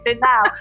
now